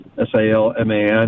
S-A-L-M-A-N